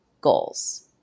goals